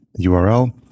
URL